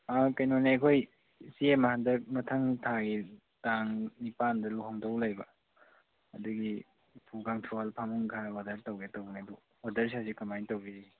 ꯀꯩꯅꯣꯅꯦ ꯑꯩꯈꯣꯏ ꯏꯆꯦ ꯑꯃ ꯍꯟꯗꯛ ꯃꯊꯪ ꯊꯥꯒꯤ ꯇꯥꯡ ꯅꯤꯄꯥꯜꯗ ꯂꯨꯍꯣꯡꯗꯧꯕ ꯂꯩꯕ ꯑꯗꯨꯒꯤ ꯎꯄꯨ ꯀꯥꯡꯊꯣꯜ ꯐꯃꯨꯡ ꯈꯔ ꯑꯣꯗꯔ ꯇꯧꯒꯦ ꯇꯧꯕꯅꯤ ꯑꯗꯨ ꯑꯣꯗꯔꯁꯤ ꯍꯧꯖꯤꯛ ꯀꯃꯥꯏ ꯇꯧꯕꯤꯔꯤ